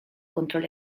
control